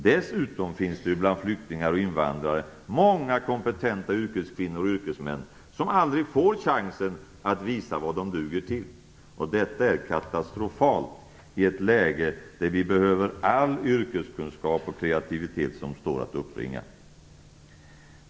Dessutom finns det ju bland flyktingar och invandrare många kompetenta yrkeskvinnor och yrkesmän som aldrig får chansen att visa vad de duger till. Detta är katastrofalt i ett läge där vi behöver all yrkeskunskap och kreativitet som står att uppbringa.